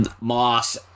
Moss